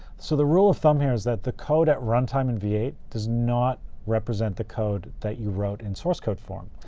so the rule of thumb is that the code at run time in v eight does not represent the code that you wrote in source code form.